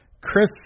Chris